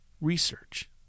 research